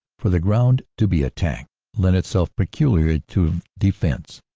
for the ground to be attacked lent itself peculiarly to defense,